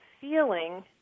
feeling